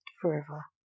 forever